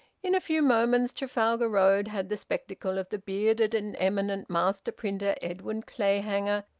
in a few moments trafalgar road had the spectacle of the bearded and eminent master-printer, edwin clayhanger,